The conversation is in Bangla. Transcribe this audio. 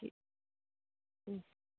ঠিক হুম